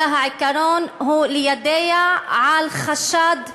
אלא העיקרון הוא ליידע על חשד לאלימות,